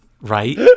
Right